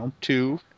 two